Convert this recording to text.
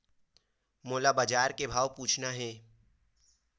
मोला बजार के भाव पूछना हे?